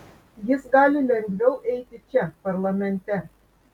jis gali lengviau eiti čia parlamente